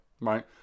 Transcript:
right